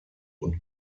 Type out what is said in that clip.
und